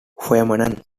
feynman